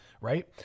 right